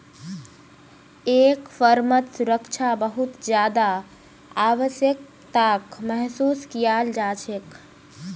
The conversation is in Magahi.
एक फर्मत सुरक्षा बहुत ज्यादा आवश्यकताक महसूस कियाल जा छेक